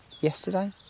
yesterday